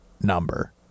number